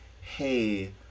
hey